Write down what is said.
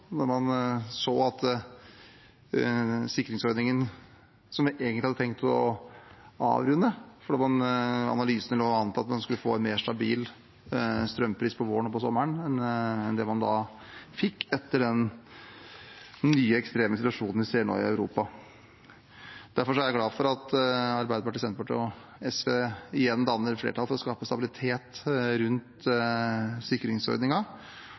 tenkt å avrunde fordi analysene lå an til at man skulle få en mer stabil strømpris på våren og på sommeren enn det man fikk etter den nye ekstreme situasjonen som vi ser i Europa nå. Derfor er jeg glad for at Arbeiderpartiet, Senterpartiet og SV igjen danner flertall for å skape stabilitet rundt